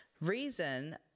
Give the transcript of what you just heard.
Reason